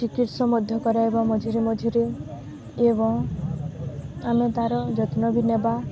ଚିକିତ୍ସା ମଧ୍ୟ କରାଇବା ମଝିରେ ମଝିରେ ଏବଂ ଆମେ ତାର ଯତ୍ନ ବି ନେବା